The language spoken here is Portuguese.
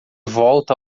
volta